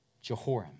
Jehoram